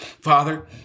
Father